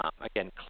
again